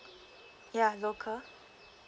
ya local